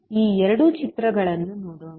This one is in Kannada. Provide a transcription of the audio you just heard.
ಈ ಎರಡು ಚಿತ್ರಗಳನ್ನು ನೋಡೋಣ